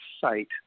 site